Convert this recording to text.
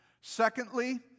Secondly